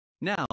Now